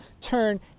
turn